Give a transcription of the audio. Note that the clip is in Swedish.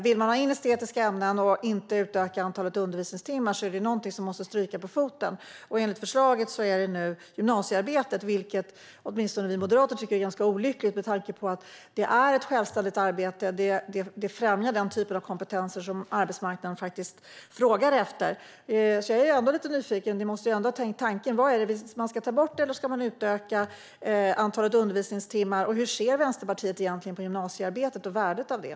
Vill man ha in estetiska ämnen och inte utöka antalet undervisningstimmar måste någonting stryka på foten, och enligt förslaget är det nu gymnasiearbetet, vilket åtminstone vi moderater tycker är ganska olyckligt med tanke på att det är ett självständigt arbete och att det främjar den typ av kompetens som arbetsmarknaden faktiskt frågar efter. Jag är ändå lite nyfiken. Ni måste ändå ha tänkt tanken. Vad är det man ska ta bort? Eller ska man utöka antalet undervisningstimmar? Hur ser Vänsterpartiet egentligen på gymnasiearbetet och värdet av det?